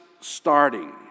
starting